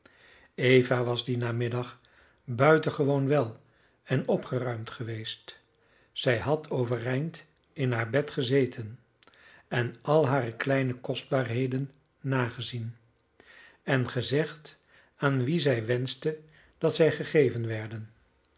eva was dien namiddag buitengewoon wel en opgeruimd geweest zij had overeind in haar bed gezeten en al hare kleine kostbaarheden nagezien en gezegd aan wie zij wenschte dat zij gegeven werden